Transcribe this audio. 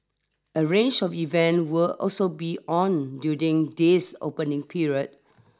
a range of event will also be on during this opening period